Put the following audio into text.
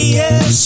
Yes